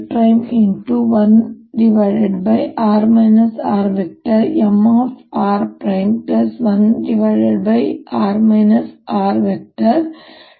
ಆದ್ದರಿಂದ Mr×1r r ×1r rMr1r rMr ಆಗುತ್ತದೆ